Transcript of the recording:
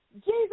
Jesus